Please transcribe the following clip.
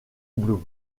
blum